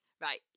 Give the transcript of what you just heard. right